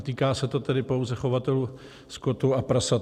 Týká se to tedy pouze chovatelů skotu a prasat.